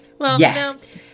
Yes